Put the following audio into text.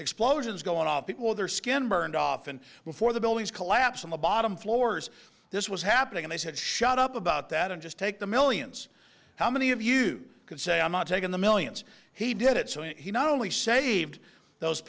explosions going off people their skin burned off and before the buildings collapse on the bottom floors this was happening and he said shut up about that and just take the millions how many of you could say i'm not taking the millions he did it so he not only saved those